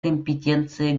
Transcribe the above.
компетенции